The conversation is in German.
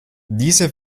diese